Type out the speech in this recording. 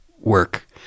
work